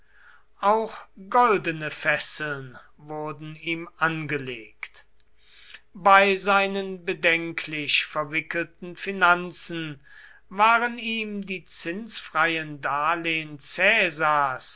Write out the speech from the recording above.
auch goldene fesseln wurden ihm angelegt bei seinen bedenklich verwickelten finanzen waren ihm die zinsfreien darlehen